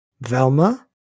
velma